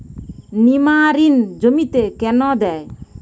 নিমারিন জমিতে কেন দেয়?